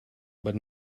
but